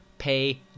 pay